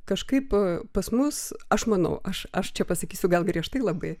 kažkaip pas mus aš manau aš aš čia pasakysiu gal griežtai labai